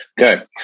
okay